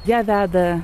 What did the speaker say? ją veda